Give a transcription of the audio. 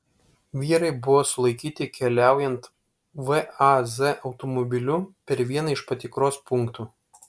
vyrai buvo sulaikyti keliaujant vaz automobiliu per vieną iš patikros punktų